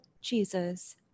Jesus